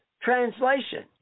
translation